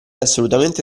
assolutamente